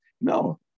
No